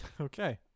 Okay